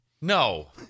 No